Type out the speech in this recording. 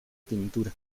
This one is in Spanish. pintura